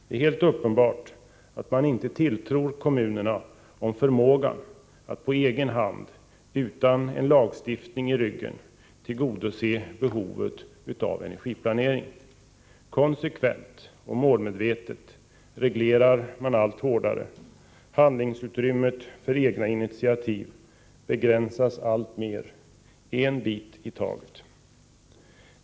Det är helt uppenbart att man inte tilltror kommunerna förmågan att på egen hand och utan lagstiftning i ryggen tillgodose behovet av energiplanering. Konsekvent och målmedvetet regle rar man allt hårdare. Behandlingsutrymmet för egna initiativ begränsas allt mer, en bit i taget.